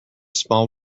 small